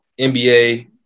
NBA